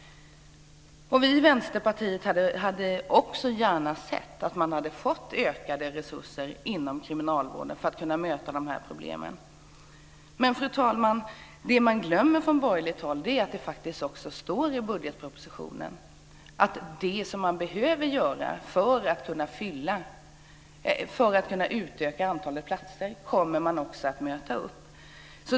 Vi i Vänsterpartiet hade gärna sett att kriminalvården hade fått ökade resurser, så att man hade kunnat möta dessa problem. Men det man glömmer från borgerligt håll, fru talman, är att det faktiskt också står i budgetpropositionen att regeringen kommer att tillföra vad som behövs för att antalet platser ska kunna utökas.